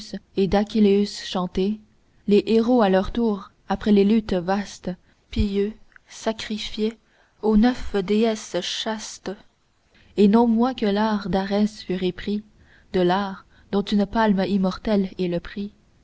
et d'akhilleus chantés les héros à leur tour après les luttes vastes pieux sacrifiaient aux neuf déesses chastes et non moins que de l'art d'arès furent épris de l'art dont une palme immortelle est le prix